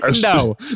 No